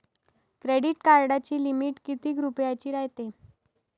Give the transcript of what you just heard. Credit कार्डाची limit कितीक रुपयाची रायते?